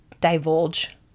divulge